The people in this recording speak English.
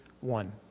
one